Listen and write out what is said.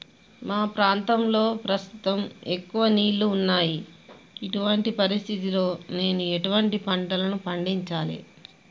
మా ప్రాంతంలో ప్రస్తుతం ఎక్కువ నీళ్లు ఉన్నాయి, ఇటువంటి పరిస్థితిలో నేను ఎటువంటి పంటలను పండించాలే?